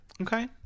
Okay